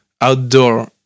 outdoor